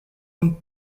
kun